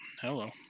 hello